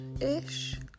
ish